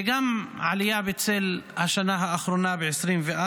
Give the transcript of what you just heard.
וגם עלייה בצל השנה האחרונה, ב-2024: